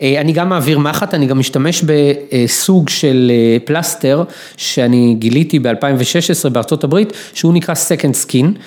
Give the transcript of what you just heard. אני גם מעביר מאחת, אני גם משתמש בסוג של פלסטר שאני גיליתי ב-2016 בארה״ב שהוא נקרא Second Skin.